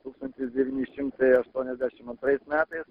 tūkstantis devyni šimtai aštuoniasdešim antrais metais